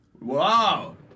Wow